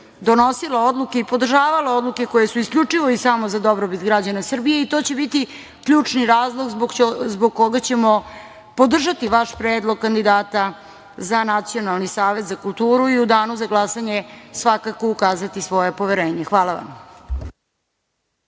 donosila odluke i podržavala odluke koje su isključivo i samo za dobrobit građana Srbije i to će biti zbog koga ćemo podržati vaš predlog kandidata za Nacionalni savet za kulturu i u danu za glasanje svakako ukazati svoje poverenje. Hvala vam.